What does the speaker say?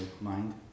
mind